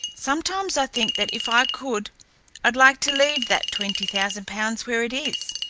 sometimes i think that if i could i'd like to leave that twenty thousand pounds where it is.